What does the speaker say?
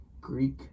Greek